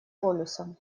полюсом